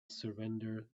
surrender